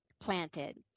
planted